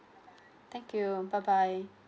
thank you bye bye